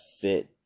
fit